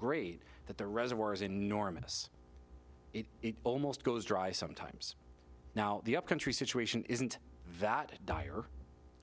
great that the reservoir is enormous it almost goes dry sometimes now the upcountry situation isn't that dire